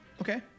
Okay